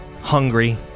hungry